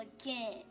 again